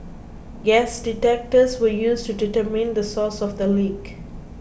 gas detectors were used to determine the source of the leak